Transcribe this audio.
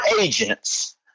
agents